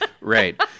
Right